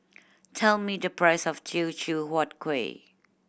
tell me the price of Teochew Huat Kueh